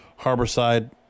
Harborside